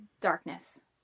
darkness